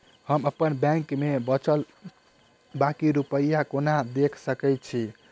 हम अप्पन बैंक मे बचल बाकी रुपया केना देख सकय छी?